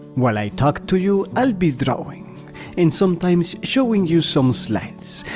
while i talk to you, i'll be drawing and sometimes, showing you some slides,